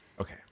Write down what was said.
Okay